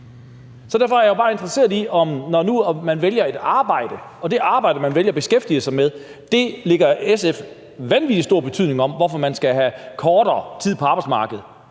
Så derfor er jeg jo bare interesseret i det, når nu SF tillægger det arbejde, man vælger at beskæftige sig med, vanvittig stor betydning for, at man skal have kortere tid på arbejdsmarkedet.